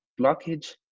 blockage